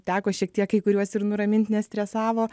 teko šiek tiek kai kuriuos ir nuramint nes stresavo